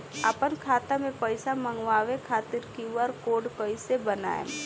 आपन खाता मे पईसा मँगवावे खातिर क्यू.आर कोड कईसे बनाएम?